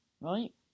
right